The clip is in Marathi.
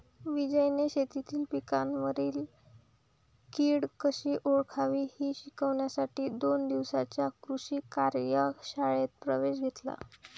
विजयने शेतीतील पिकांवरील कीड कशी ओळखावी हे शिकण्यासाठी दोन दिवसांच्या कृषी कार्यशाळेत प्रवेश घेतला